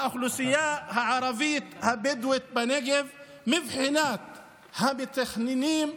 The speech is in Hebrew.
האוכלוסייה הערבית הבדואית בנגב, מבחינת המתכננים,